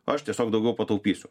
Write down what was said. o aš tiesiog daugiau pataupysiu